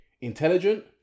intelligent